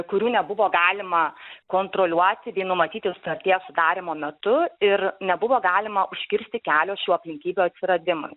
kurių nebuvo galima kontroliuoti bei numatyti sutarties sudarymo metu ir nebuvo galima užkirsti kelio šių aplinkybių atsiradimui